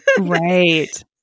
Right